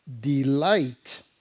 delight